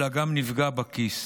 אלא גם נפגע בכיס.